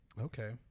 Okay